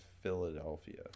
Philadelphia